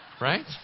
right